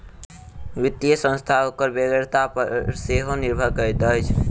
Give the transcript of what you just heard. वित्तीय संस्था ओकर बेगरता पर सेहो निर्भर करैत अछि